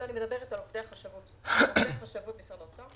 אני מדברת על עובדי החשבות במשרד האוצר.